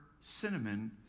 cinnamon